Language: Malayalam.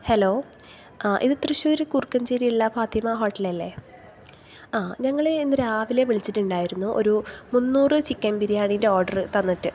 ഹല്ലോ ഇത് തൃശ്ശൂറ് കുറുക്കഞ്ചേരിയിലുള്ള ഫാത്തിമ ഹോട്ടലല്ലേ ഞങ്ങൾ ഇന്നു രാവിലെ വിളിച്ചിട്ടുണ്ടായിരുന്നു ഒരു മുന്നൂറു ചിക്കൻ ബിരിയണിന്റെ ഓർഡർ തന്നിട്ട്